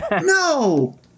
No